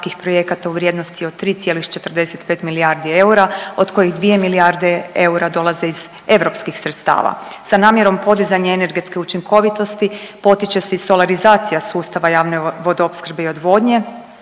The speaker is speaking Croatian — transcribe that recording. u vrijednosti od 3,45 milijardi eura od kojih 2 milijarde eura dolaze iz europskih sredstava. Sa namjerom podizanja energetske učinkovitosti potiče se i solarizacija sustava javne vodoopskrbe i odvodnje,